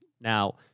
Now